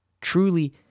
truly